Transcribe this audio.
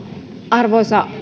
arvoisa